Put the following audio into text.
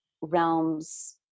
realms